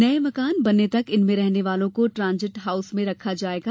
नये मकान बनने तक इनमें रहने वालों को ट्रांजिट हाउस में रखा जायेगा